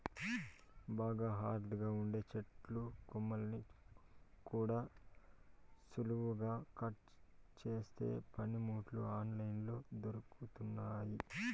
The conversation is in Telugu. బాగా హార్డ్ గా ఉండే చెట్టు కొమ్మల్ని కూడా సులువుగా కట్ చేసే పనిముట్లు ఆన్ లైన్ లో దొరుకుతున్నయ్యి